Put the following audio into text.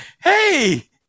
Hey